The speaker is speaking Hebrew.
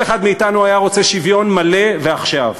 כל אחד מאתנו היה רוצה שוויון מלא ועכשיו,